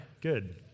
good